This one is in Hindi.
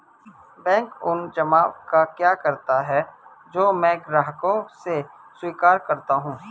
बैंक उन जमाव का क्या करता है जो मैं ग्राहकों से स्वीकार करता हूँ?